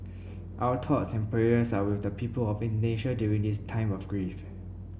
our thoughts and prayers are with the people of Indonesia during this time of grief